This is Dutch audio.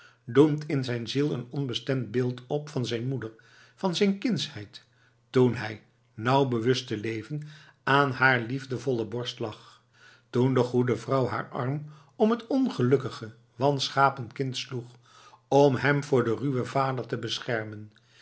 doemt in zijn ziel een onbestemd beeld op van zijn moeder van zijn kindsheid toen hij nauw bewust te leven aan haar liefdevolle borst lag toen de goede vrouw haar arm om het ongelukkige wanschapen kind sloeg om hem voor den ruwen vader te beschermen